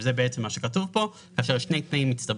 זה בעצם מה שכתוב כאן כאשר יש שני תנאים מצטברים,